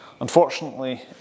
Unfortunately